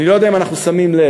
אני לא יודע אם אנחנו שמים לב,